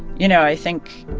you know, i think,